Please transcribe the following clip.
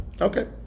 okay